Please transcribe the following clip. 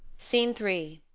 scene three.